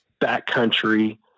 backcountry